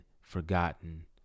forgotten